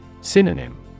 Synonym